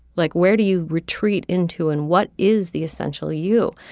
like where do you retreat into and what is the essential you.